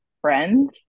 friends